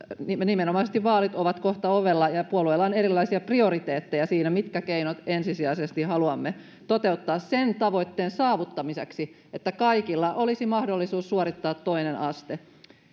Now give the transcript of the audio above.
nimenomaisesti vaalit ovat kohta ovella ja ja puolueilla on erilaisia prioriteetteja siinä mitkä keinot ensisijaisesti haluamme toteuttaa sen tavoitteen saavuttamiseksi että kaikilla olisi mahdollisuus suorittaa toinen aste